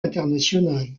international